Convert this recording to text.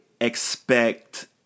expect